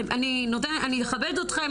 אני אכבד אתכם,